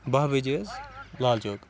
بہہ بجے حٕظ لال چوک